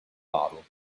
bottle